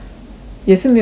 也是没有事 liao